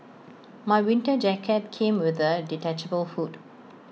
my winter jacket came with A detachable hood